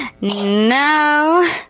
No